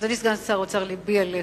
אדוני סגן שר האוצר, לבי לך.